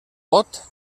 pot